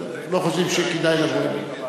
לא חושבים שכדאי לבוא אלינו.